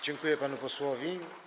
Dziękuję panu posłowi.